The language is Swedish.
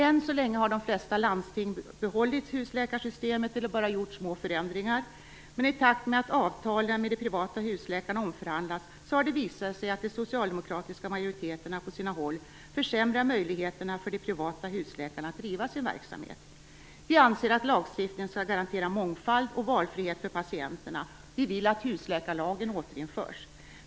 Än så länge har de flesta landsting behållit husläkarsystemet, eller bara gjort små förändringar, men i takt med att avtalen med de privata husläkarna omförhandlas har det visat sig att de socialdemokratiska majoriteterna på sina håll försämrar möjligheterna för de privata husläkarna att driva sin verksamhet. Vi anser att lagstiftningen skall garantera mångfald och valfrihet för patienterna. Vi vill att husläkarlagen återinförs.